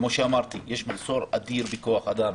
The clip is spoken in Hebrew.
יש מחסור אדיר בכוח אדם.